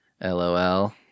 LOL